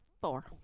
four